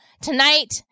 tonight